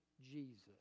Jesus